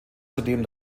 zudem